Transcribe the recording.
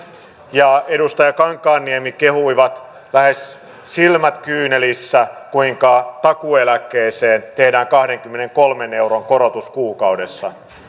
ja edustaja kankaanniemi kehuivat lähes silmät kyynelissä kuinka takuueläkkeeseen tehdään kahdenkymmenenkolmen euron korotus kuukaudessa